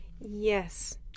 yes